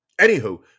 anywho